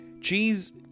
Cheese